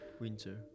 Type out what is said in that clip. winter